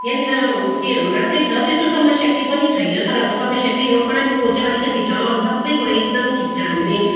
यहाँनिर होमस्टेहरू राम्रै छ त्यस्तो समस्या के पनि छैन तर अब समस्या त्यही हो पानीको चाहिँ अलिकति छ अरू सबै कुरा एकदम ठिक छ हामीले